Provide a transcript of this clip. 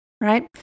right